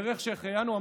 בירך שהחיינו,